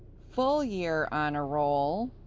full year honor roll,